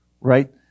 right